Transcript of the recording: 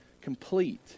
complete